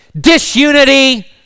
disunity